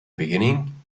beginning